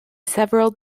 several